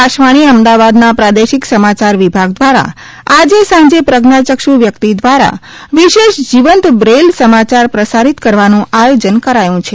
આકાશવાણી અમદાવાદના પ્રાદેશિક સમાચાર વિભાગ દ્વારા આજે સાંજે પ્રજ્ઞાયક્ષ વ્યકિત ધ્વારા વિશેષ જીવંત બ્રેઇલ સમાચાર પ્રસારિત કરવાનું આયોજન કરાયું છે